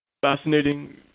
fascinating